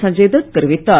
சஞ்சய் தத் தெரிவித்தார்